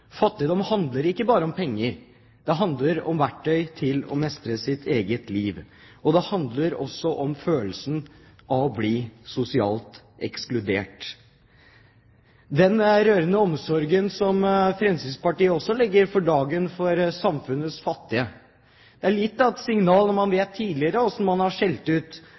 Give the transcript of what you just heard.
Fattigdom handler ikke bare om penger. Det handler om verktøy for å mestre sitt eget liv, og det handler også om en følelse av å bli sosialt ekskludert. Den rørende omsorgen som Fremskrittspartiet også legger for dagen for samfunnets fattige, er litt av et signal når man vet hvordan de tidligere har skjelt ut